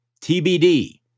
TBD